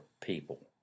people